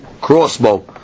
crossbow